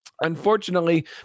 unfortunately